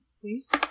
please